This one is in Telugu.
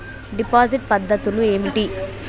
డిపాజిట్ పద్ధతులు ఏమిటి?